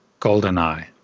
GoldenEye